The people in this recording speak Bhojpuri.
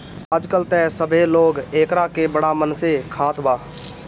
आजकल त सभे लोग एकरा के बड़ा मन से खात बा